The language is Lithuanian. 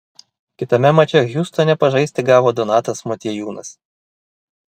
kitame mače hjustone pažaisti gavo donatas motiejūnas